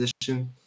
position